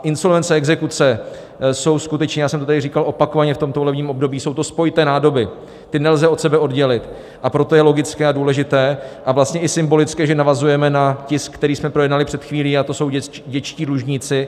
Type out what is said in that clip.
Insolvence a exekuce jsou skutečně, já jsem to tady říkal opakovaně v tomto volebním období, spojité nádoby, ty od sebe nelze oddělit, a proto je logické a důležité a vlastně i symbolické, že navazujeme na tisk, který jsme projednali před chvílí, a to jsou dětští dlužníci.